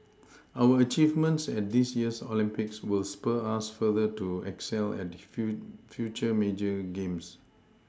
our achievements at this year's Olympics will spur us further to excel at few future major games